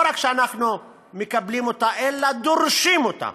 לא רק שאנחנו מקבלים אותה אלא דורשים אותה,